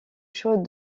chaude